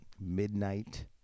midnight